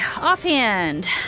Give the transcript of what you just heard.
offhand